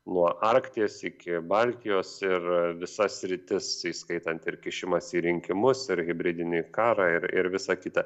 nuo arkties iki baltijos ir visas sritis įskaitant ir kišimąsi į rinkimus ir hibridinį karą ir ir visa kita